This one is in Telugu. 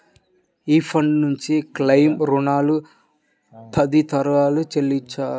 ఈ ఫండ్ నుంచి క్లెయిమ్లు, రుణాలు తదితరాలు చెల్లిస్తారు